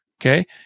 Okay